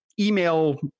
email